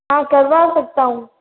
हाँ करवा सकता हूँ